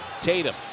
Tatum